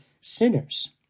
sinners